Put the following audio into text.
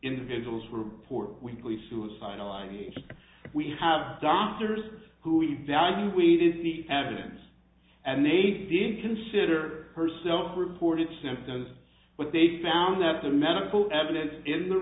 individuals were poor weakly suicidal ideations we have doctors who evaluated the evidence and they did consider her self reported symptoms but they found that the medical evidence in the